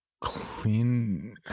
Clean